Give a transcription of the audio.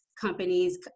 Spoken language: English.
companies